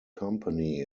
company